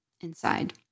inside